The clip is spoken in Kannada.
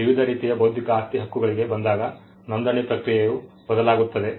ವಿವಿಧ ರೀತಿಯ ಬೌದ್ಧಿಕ ಆಸ್ತಿ ಹಕ್ಕುಗಳಿಗೆ ಬಂದಾಗ ನೋಂದಣಿ ಪ್ರಕ್ರಿಯೆಯು ಬದಲಾಗುತ್ತದೆ